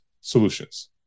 solutions